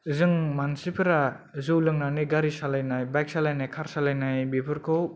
जों मानसिफोरा जौ लोंनानै गारि सालायनाय बाइक सालायनाय कार सालायनाय बेफोरखौ